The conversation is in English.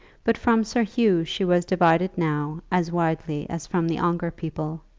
but from sir hugh she was divided now as widely as from the ongar people,